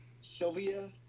Sylvia